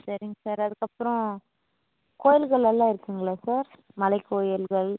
சரிங்க சார் அதுக்கப்புறோம் கோயில்கள் எல்லாம் இருக்குதுங்களா சார் மலைக்கோயில்கள்